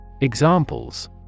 Examples